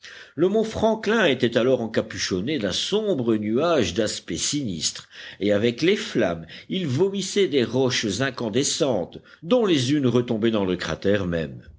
le mont franklin était alors encapuchonné d'un sombre nuage d'aspect sinistre et avec les flammes il vomissait des roches incandescentes dont les unes retombaient dans le cratère même